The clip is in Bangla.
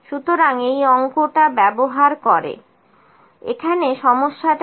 সুতরাং এই অংকটা ব্যবহার করে এখানে সমস্যাটা কি